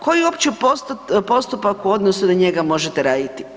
Koji je uopće postupak u odnosu na njega možete raditi?